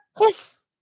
Yes